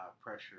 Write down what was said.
pressure